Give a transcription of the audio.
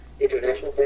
International